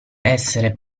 essere